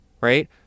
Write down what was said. right